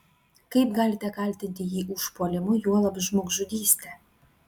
kaip galite kaltinti jį užpuolimu juolab žmogžudyste